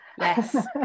Yes